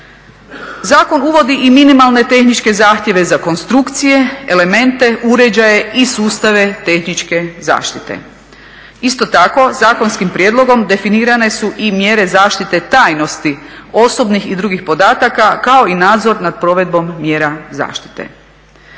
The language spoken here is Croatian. Zakon uvodi i minimalne tehničke zahtjeve za konstrukcije, elemente, uređaje i sustave tehničke zaštite. Isto tako zakonskim prijedlogom definirane su i mjere zaštite tajnosti osobnih i drugih podataka kao i nadzor nad provedbom mjera zaštite.